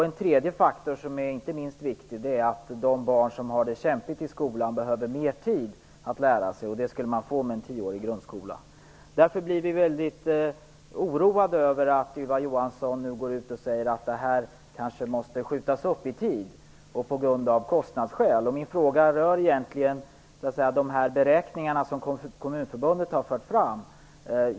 En tredje faktor, som inte är minst viktig, är att de barn som har det kämpigt i skolan behöver mer tid för att lära sig, och det skulle de få med en tioårig grundskola. Därför blir vi väldigt oroade över att Ylva Johansson nu går ut och säger att detta kanske måste skjutas framåt i tiden på grund av kostnadsskäl. Min fråga rör egentligen de beräkningar som Kommunförbundet har fört fram.